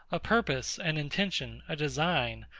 a purpose, an intention, a design,